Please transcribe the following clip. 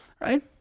right